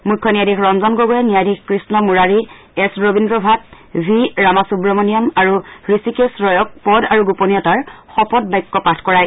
মুখ্য ন্যায়াধীশ ৰঞ্জন গগৈয়ে ন্যায়াধীশ কৃষ্ণ মুৰাৰী এছ ৰবিদ্ৰ ভাট ভি ৰামাসুৱামনিয়ম আৰু হাষিকেশ ৰয়ক পদ আৰু গোপনীয়তাৰ শপত বাক্য পাঠ কৰায়